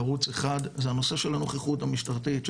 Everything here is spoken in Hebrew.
ערוץ אחד זה הנושא של הנוכחות המשטרתית,